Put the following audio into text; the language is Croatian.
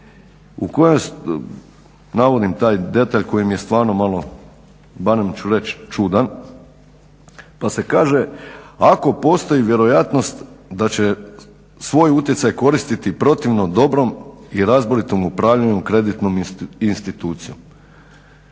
u kojem navodim taj detalj koji mi je stvarno malo, barem ću reći čudan pa se kaže: "Ako postoji vjerojatnost da će svoj utjecaj koristiti protivno dobrom i razboritom upravljanju kreditnom institucijom."